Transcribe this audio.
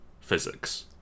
physics